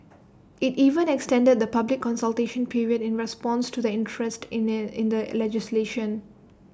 IT even extended the public consultation period in response to the interest in the in the legislation